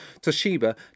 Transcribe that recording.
Toshiba